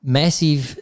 massive